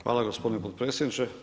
Hvala gospodine potpredsjedniče.